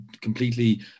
completely